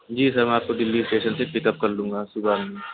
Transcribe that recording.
جی sir میں آپ کو دلی اسٹیشن سے پک اپ کر لوں گا صبح میں